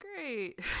great